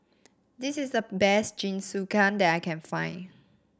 this is the best Jingisukan that I can find